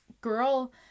girl